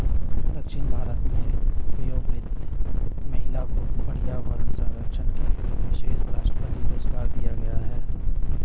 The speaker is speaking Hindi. दक्षिण भारत में वयोवृद्ध महिला को पर्यावरण संरक्षण के लिए विशेष राष्ट्रपति पुरस्कार दिया गया है